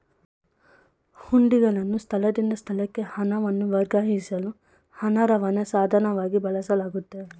ಹುಂಡಿಗಳನ್ನು ಸ್ಥಳದಿಂದ ಸ್ಥಳಕ್ಕೆ ಹಣವನ್ನು ವರ್ಗಾಯಿಸಲು ಹಣ ರವಾನೆ ಸಾಧನವಾಗಿ ಬಳಸಲಾಗುತ್ತೆ